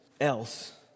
else